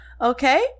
okay